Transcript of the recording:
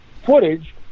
footage